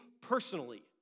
personally